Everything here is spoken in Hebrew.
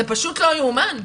זה פשוט לא יאומן.